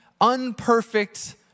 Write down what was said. unperfect